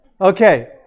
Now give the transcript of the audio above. okay